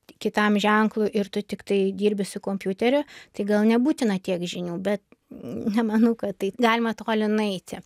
kitam ženklui ir tu tiktai dirbi su kompiuteriu tai gal nebūtina tiek žinių bet nemanau kad taip galima toli nueiti